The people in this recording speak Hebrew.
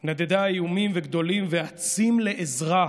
/ נדדה איומים וגדולים ואצים לעזרה,